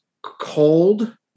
Cold